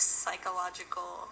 psychological